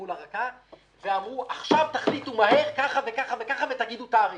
מול הרקה ואמרו: עכשיו תחליטו מהר ככה וככה וככה ותגידו תאריך.